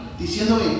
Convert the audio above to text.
diciéndome